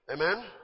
Amen